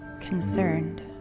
concerned